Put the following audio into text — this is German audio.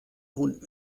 hund